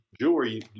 jewelry